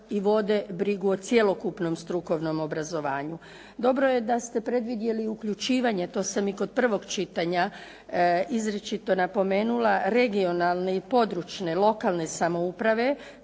i vode brigu o cjelokupnom strukovnom obrazovanju. Dobro je da ste predvidjeli uključivanje, to sam i kod prvog čitanja izričito napomenula, regionalne i područne (lokalne) samouprave